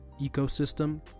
ecosystem